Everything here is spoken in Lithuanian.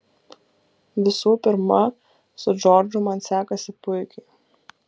visų pirma su džordžu man sekasi puikiai